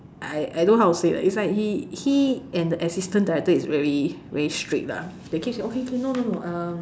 I I don't know how to say like he he and the assistant director is very very strict lah they keep saying okay okay no no no